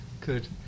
Good